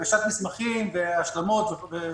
הגשת מסמכים והשלמות וכו'.